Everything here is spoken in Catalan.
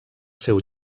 seu